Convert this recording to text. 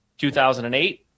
2008